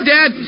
Dad